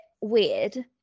weird